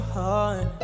heart